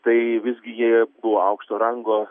tai visgi jie buvo aukšto rango